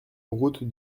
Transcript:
route